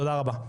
תודה רבה.